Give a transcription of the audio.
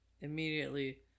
Immediately